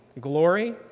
Glory